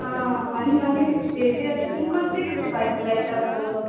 आं आनी मागीर हे जी आसात ती कसली कसली भाजी लायतात तर